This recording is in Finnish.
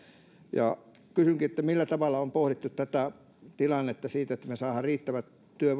ja kysynkin millä tavalla on pohdittu tätä tilannetta että me saisimme riittävät